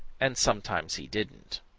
and sometimes he didn't.